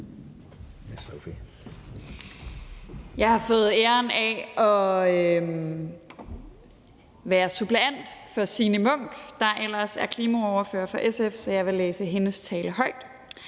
Jeg har fået æren af at være suppleant for Signe Munk, der ellers er klimaordfører for SF, så jeg vil læse hendes tale op.